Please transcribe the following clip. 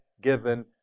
given